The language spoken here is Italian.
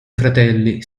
fratelli